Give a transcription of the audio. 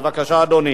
בבקשה, אדוני.